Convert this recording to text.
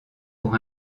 pour